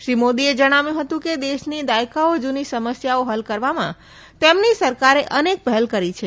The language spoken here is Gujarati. શ્રી મોદીએ જણાવ્યું હતું કે દેશની દાયકાઓ જુની સમસ્યાઓ હલ કરવામાં તેમની સરકારે અનેક પહેલ કરી છે